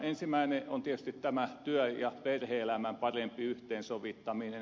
ensimmäinen on tietysti työ ja perhe elämän parempi yhteensovittaminen